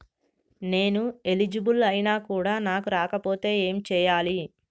నేను ఎలిజిబుల్ ఐనా కూడా నాకు రాకపోతే ఏం చేయాలి?